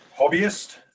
hobbyist